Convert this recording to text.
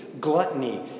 gluttony